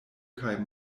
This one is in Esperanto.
kaj